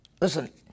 Listen